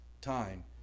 time